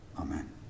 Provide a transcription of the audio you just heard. Amen